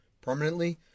permanently